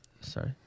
Sorry